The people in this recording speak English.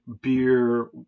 beer